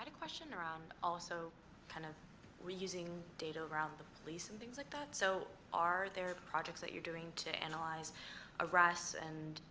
and question around also kind of reusing data around the police and things like that. so are there projects that you're doing to analyze arrests and,